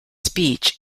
speech